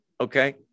Okay